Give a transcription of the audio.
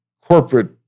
corporate